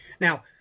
Now